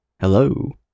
Hello